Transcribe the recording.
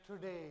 today